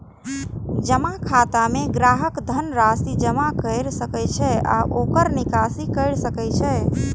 जमा खाता मे ग्राहक धन राशि जमा कैर सकै छै आ ओकर निकासी कैर सकै छै